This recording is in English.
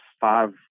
five